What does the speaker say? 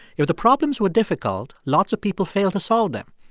if the problems were difficult, lots of people failed to solve them.